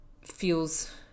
feels